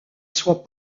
soit